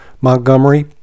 Montgomery